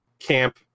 Camp